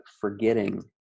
forgetting